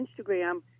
instagram